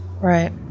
Right